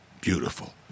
beautiful